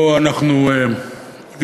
לשוויון זכויות לאנשים עם מוגבלות,